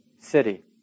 city